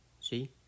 See